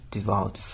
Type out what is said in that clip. Devout